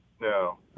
No